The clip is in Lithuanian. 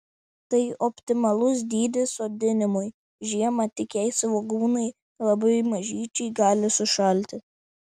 tai optimalus dydis sodinimui žiemą tik jei svogūnai labai mažyčiai gali sušalti